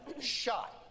shot